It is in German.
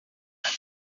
also